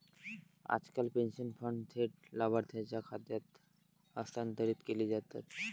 आजकाल pension fund थेट लाभार्थीच्या खात्यात हस्तांतरित केले जातात